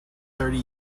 thirty